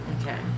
Okay